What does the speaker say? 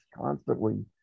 constantly